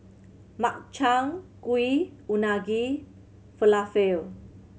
Makchang Gui Unagi Falafel